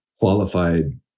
qualified